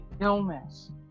illness